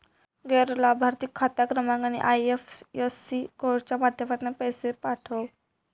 गैर लाभार्थिक खाता क्रमांक आणि आय.एफ.एस.सी कोडच्या माध्यमातना पैशे पाठव